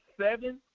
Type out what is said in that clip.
seven